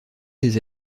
des